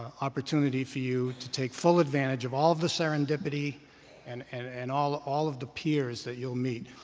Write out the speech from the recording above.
opportunity for you to take full advantage of all of the serendipity and and and all all of the peers that you'll meet.